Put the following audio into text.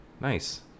Nice